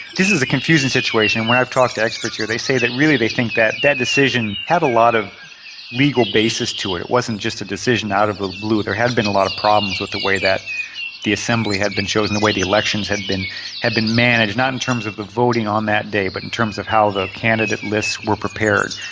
this is a confusing situation. when i've talked to experts here they say that really they think that that decision had a lot of legal basis to it, it wasn't just a decision out of the blue. there had been a lot of problems with the way that the assembly had been chosen, the way the elections had been had been managed, not in terms of the voting on that day but in terms of how the candidate lists were prepared.